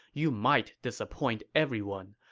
you might disappoint everyone.